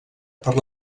per